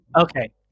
Okay